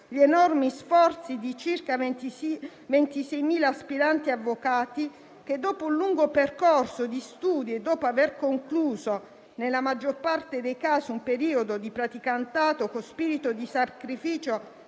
gli enormi sforzi di circa 26.000 aspiranti avvocati che, dopo un lungo percorso di studi e dopo aver concluso nella maggior parte dei casi un periodo di praticantato con spirito di sacrificio